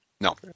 No